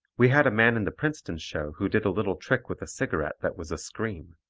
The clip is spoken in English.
we had a man in the princeton show who did a little trick with a cigarette that was a scream.